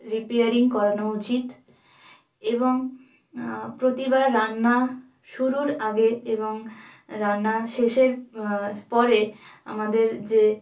repairing করানো উচিত এবং প্রতিবার রান্না শুরুর আগে এবং রান্না শেষের পরে আমাদের যে